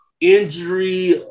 injury